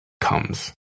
comes